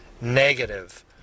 negative